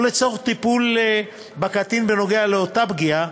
או לצורך טיפול בקטין בנוגע לאותה הפגיעה,